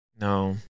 No